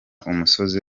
umusozi